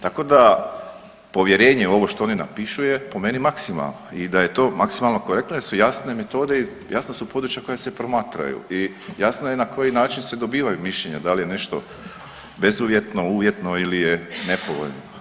Tako da povjerenje u ovo što oni napišu je po meni maksimalno i da je to maksimalno korektno jer su jasne metode i jasna su područja koja se promatraju i jasno je na koji način se dobivaju mišljenja, da li je nešto bezuvjetno, uvjetno ili je nepovoljno.